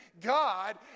God